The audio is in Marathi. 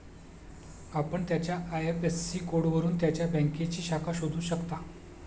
आपण त्याच्या आय.एफ.एस.सी कोडवरून त्याच्या बँकेची शाखा शोधू शकता